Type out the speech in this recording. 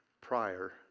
prior